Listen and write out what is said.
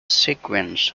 sequence